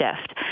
shift